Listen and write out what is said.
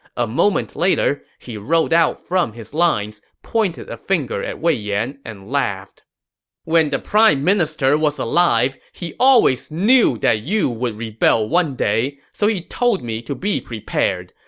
a moment later, he rode out from his lines, pointed a finger at wei yan, and laughed when the prime minister was alive, he always knew you would rebel one day, so he told me to be prepared.